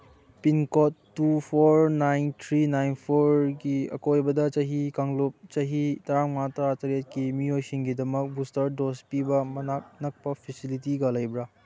pincode two four nine three nine ꯐꯣꯔꯒꯤ ꯑꯀꯣꯏꯕꯗ ꯆꯍꯤ ꯀꯥꯡꯂꯨꯞ ꯆꯍꯤ ꯇꯔꯥꯃꯉꯥ ꯇꯔꯥꯇꯔꯦꯠꯀꯤ ꯃꯤꯑꯣꯏꯁꯤꯡꯒꯤꯗꯃꯛ ꯕꯨꯁꯇꯔ ꯗꯣꯁ ꯄꯤꯕ ꯃꯅꯥꯛ ꯅꯛꯄ ꯐꯦꯁꯤꯂꯤꯇꯤꯒ ꯂꯩꯕ꯭ꯔ